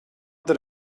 that